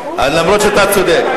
שנייה ושלישית לוועדת,